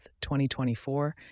2024